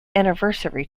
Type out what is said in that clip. anniversary